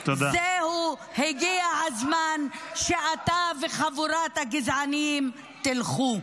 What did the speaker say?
זהו, הגיע הזמן שאתה וחבורת הגזענים תלכו.